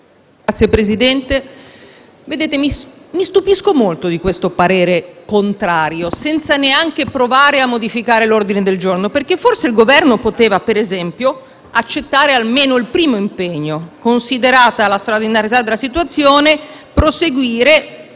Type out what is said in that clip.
Signor Presidente, mi stupisco molto di questo parere contrario senza neanche un tentativo di modifica dell’ordine del giorno, perché forse il Governo poteva - per esempio - accettare almeno il primo impegno: «considerata la straordinarietà della situazione (…)